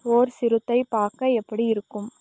ஓரு சிறுத்தை பார்க்க எப்படி இருக்கும்